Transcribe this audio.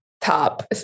top